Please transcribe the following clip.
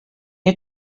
you